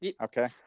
Okay